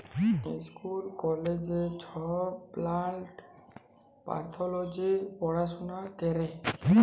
school কলেজে ছব plant pathology পড়াশুলা ক্যরে